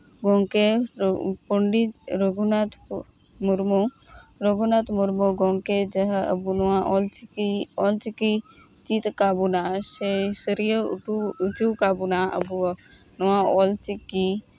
ᱜᱚᱝᱠᱮ ᱯᱚᱱᱰᱚᱛ ᱨᱚᱜᱷᱩᱱᱟᱛᱷ ᱢᱩᱨᱢᱩ ᱨᱚᱜᱷᱩᱱᱟᱛᱷ ᱢᱩᱨᱢᱩ ᱜᱚᱝᱠᱮ ᱡᱟᱦᱟᱸ ᱟᱵᱚ ᱱᱚᱣᱟ ᱱᱚ ᱪᱤᱠᱤ ᱚᱞ ᱪᱤᱠᱤᱭ ᱪᱤᱫ ᱟᱠᱟᱫ ᱵᱚᱱᱟ ᱥᱮᱭ ᱥᱟᱹᱨᱭᱟᱹᱣ ᱚᱴᱚ ᱚᱪᱩᱣ ᱠᱟᱜ ᱵᱚᱱᱟ ᱟᱵᱚ ᱱᱚᱣᱟ ᱚᱞᱪᱤᱠᱤ